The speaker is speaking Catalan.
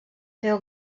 féu